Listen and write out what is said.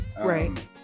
Right